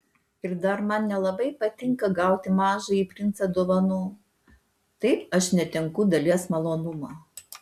ir dar man nelabai patinka gauti mažąjį princą dovanų taip aš netenku dalies malonumo